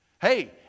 Hey